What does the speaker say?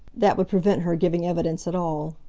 that would prevent her giving evidence at all.